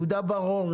יהודה בר-אור,